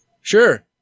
sure